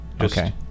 Okay